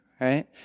Right